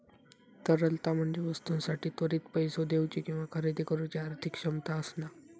तरलता म्हणजे वस्तूंसाठी त्वरित पैसो देउची किंवा खरेदी करुची आर्थिक क्षमता असणा